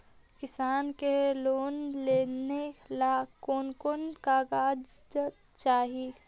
किसान के लोन लेने ला कोन कोन कागजात चाही?